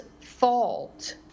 fault